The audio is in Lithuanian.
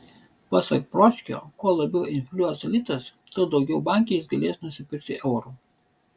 pasak pročkio kuo labiau infliuos litas tuo daugiau banke jis galės nusipirkti eurų